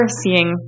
seeing –